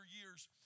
years